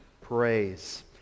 Praise